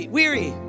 weary